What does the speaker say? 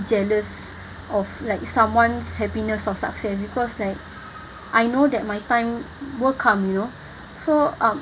jealous of like someone's happiness or success because like I know that my time will come you know so um